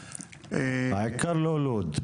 העיקר לא לוד.